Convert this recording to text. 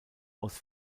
aus